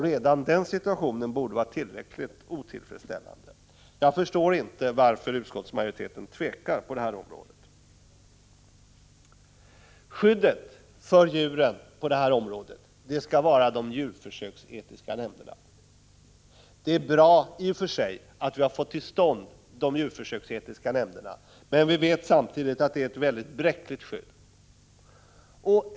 Redan den situationen borde vara tillräckligt otillfredsställande. Jag förstår inte varför utskottsmajoriteten tvekar på det här området. Skyddet för djuren på detta område skall utgöras av de djurförsöksetiska nämnderna. Det är bra i och för sig att vi har fått de djurförsöksetiska nämnderna, men vi vet samtidigt att det är ett väldigt bräckligt skydd.